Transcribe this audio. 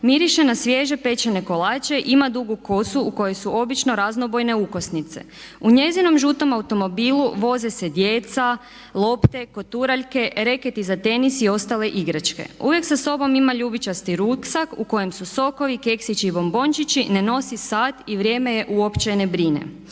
Miriše na svježe pečene kolače. Ima dugu kosu u kojoj su obično raznobojne ukosnice. U njezinom žutom automobilu voze se djeca, lopte, koturaljke, reketi za tenis i ostale igračke. Uvijek sa sobom ima ljubičasti ruksak u kojem su sokovi, keksići i bombončići. Ne nosi sat i vrijeme je uopće ne brine.